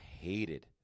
hated